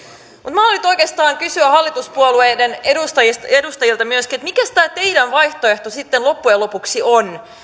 minä haluan nyt oikeastaan kysyä hallituspuolueiden edustajilta myöskin että mikäs tämä teidän vaihtoehto sitten loppujen lopuksi on